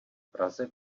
praze